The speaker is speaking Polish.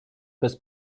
bez